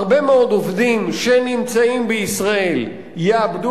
הרבה מאוד עובדים שנמצאים בישראל יאבדו